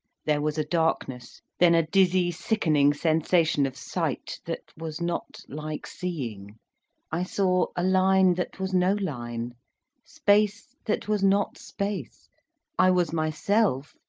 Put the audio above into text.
there was a darkness then a dizzy, sickening sensation of sight that was not like seeing i saw a line that was no line space that was not space i was myself,